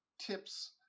tips